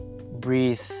breathe